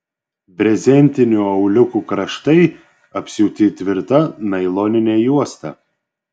brezentinių auliukų kraštai apsiūti tvirta nailonine juosta